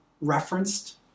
referenced